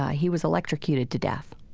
he was electrocuted to death.